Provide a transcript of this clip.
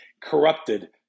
Corrupted